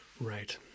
Right